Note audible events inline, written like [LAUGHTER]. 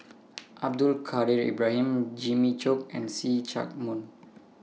[NOISE] Abdul Kadir Ibrahim Jimmy Chok and See Chak Mun